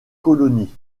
colonie